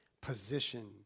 position